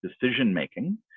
decision-making